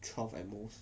twelve at most